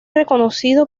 reconocido